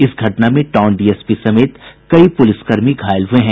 इस घटना में टाउन डीएसपी समेत कई पुलिसकर्मी घायल हुये हैं